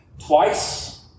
Twice